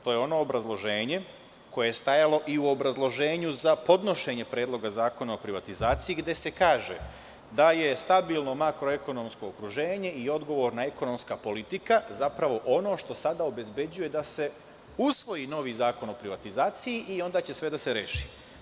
To je ono obrazloženje koje je stajalo i u obrazloženju za podnošenje predloga Zakona o privatizaciji, gde se kaže – da je stabilno makro ekonomsko okruženje i odgovorna ekonomska politika, zapravo ono što sada obezbeđuje da se usvoji novi zakon o privatizaciji, i onda će sve da se reši.